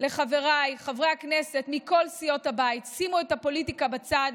לחבריי חברי הכנסת מכל סיעות הבית: שימו את הפוליטיקה בצד,